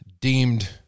deemed